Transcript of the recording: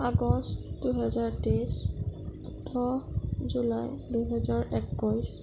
আগষ্ট দুহেজাৰ তেইছ দহ জুলাই দুহেজাৰ একৈছ